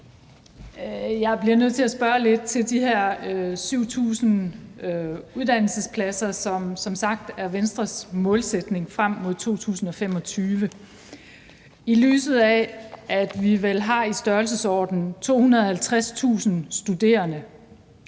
Jeg bliver nødt til at spørge lidt til de her 7.000 uddannelsespladser, der som sagt er Venstres målsætning frem mod 2025. I lyset af at vi vel har i størrelsesordenen 250.000 studerende,